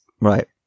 Right